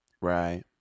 Right